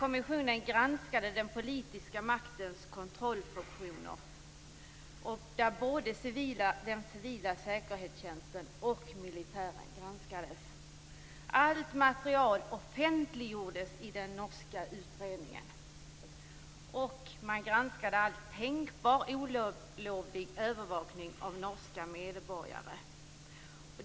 Kommissionen granskade den politiska maktens kontrollfunktioner, och både den civila säkerhetstjänsten och militären granskades. Allt material offentliggjordes i den norska utredningen. Man granskade all tänkbar olovlig övervakning av norska medborgare.